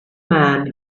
man